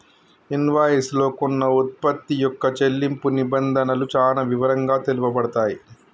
invoice లో కొన్న వుత్పత్తి యొక్క చెల్లింపు నిబంధనలు చానా వివరంగా తెలుపబడతయ్